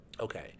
Okay